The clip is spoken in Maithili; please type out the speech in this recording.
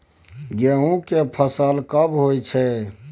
गेहूं के फसल कब होय छै?